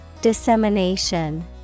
Dissemination